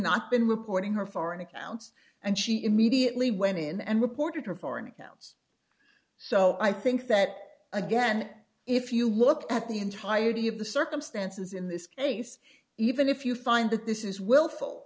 not been reporting her foreign accounts and she immediately went in and reported her foreign accounts so i think that again if you look at the entirety of the circumstances in this case even if you find that this is will